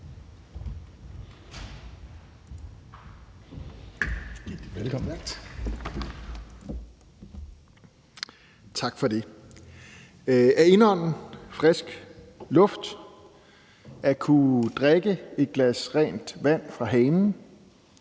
Tak for det. At indånde frisk luft, at kunne drikke et glas rent vand fra hanen,